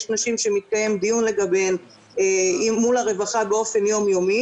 יש נשים שמתקיים דיון לגביהן מול הרווחה באופן יום יומי,